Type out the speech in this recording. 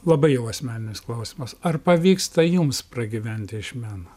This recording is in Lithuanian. labai jau asmeninis klausimas ar pavyksta jums pragyventi iš meno